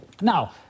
Now